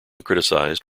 criticized